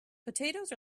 potatoes